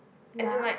ya